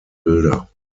bilder